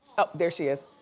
oh there she is.